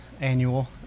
annual